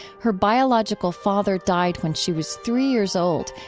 her biological father died when she was three years old,